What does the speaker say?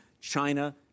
China